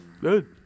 Good